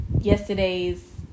Yesterday's